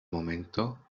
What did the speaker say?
momento